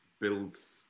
builds